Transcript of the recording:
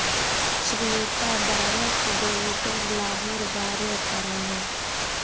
Shweta direct डेबिटेर लाभेर बारे पढ़ोहो